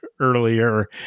earlier